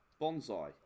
Bonsai